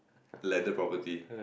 landed property